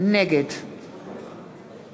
נגד